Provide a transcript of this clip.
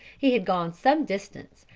he had gone some distance,